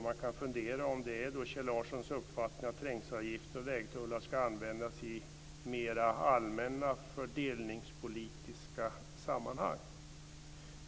Man kan fundera på om det är Kjell Larssons uppfattning att trängselavgifter och vägtullar ska användas i mer allmänna fördelningspolitiska sammanhang.